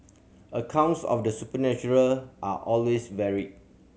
accounts of the supernatural are always varied